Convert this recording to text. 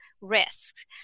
risks